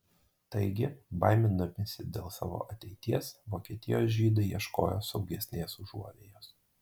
taigi baimindamiesi dėl savo ateities vokietijos žydai ieškojo saugesnės užuovėjos